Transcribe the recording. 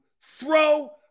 throw